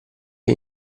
che